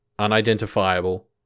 Unidentifiable